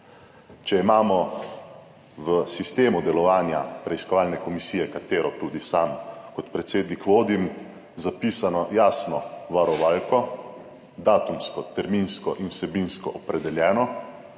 Če imamo v sistemu delovanja preiskovalne komisije, katero tudi sam kot predsednik vodim, zapisano jasno varovalko, datumsko, terminsko in vsebinsko opredeljeno,